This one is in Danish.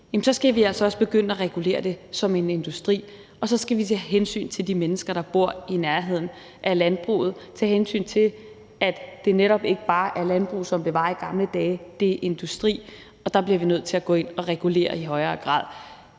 så skal vi altså også begynde at regulere det som en industri, og så skal vi tage hensyn til de mennesker, der bor i nærheden af landbruget, tage hensyn til, at det netop ikke bare er landbrug, som det var i gamle dage, det er industri, og der bliver vi nødt til at gå ind at regulere i højere grad.